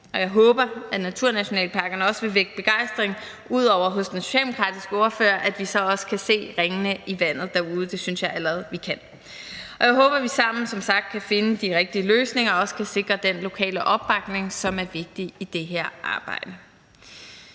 og jeg håber, at naturnationalparkerne vil vække begejstring, også ud over hos den socialdemokratiske ordfører, og at vi så også kan se ringene i vandet derude. Det synes jeg allerede vi kan. Jeg håber som sagt, at vi sammen kan finde de rigtige løsninger og også kan sikre den lokale opbakning, som er vigtig i det her arbejde.